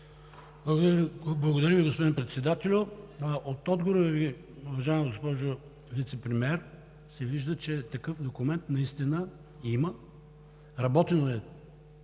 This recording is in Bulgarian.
Благодаря Ви, господин Председателю. От отговора Ви, уважаема госпожо Вицепремиер, се вижда, че такъв документ наистина има, работено е